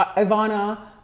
ah ivanna,